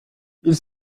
ils